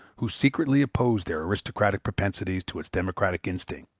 who secretly oppose their aristocratic propensities to its democratic instincts,